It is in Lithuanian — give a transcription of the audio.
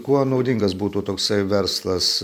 kuo naudingas būtų toksai verslas